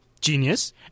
Genius